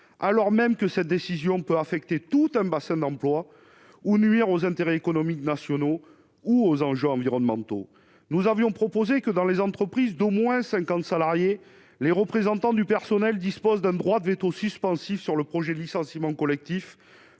alors même que cette décision peut affecter tout un bassin d'emploi ou nuire aux intérêts économiques nationaux ou aux enjeux environnementaux, nous avions proposé que dans les entreprises d'au moins 50 salariés, les représentants du personnel dispose d'un droit de véto suspensif sur le projet de licenciement collectif